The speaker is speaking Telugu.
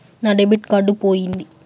నా డెబిట్ కార్డు పోయింది